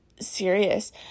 serious